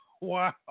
Wow